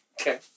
Okay